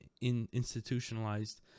institutionalized